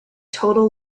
total